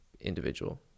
individual